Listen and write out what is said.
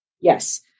Yes